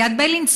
על יד בלינסון,